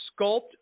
sculpt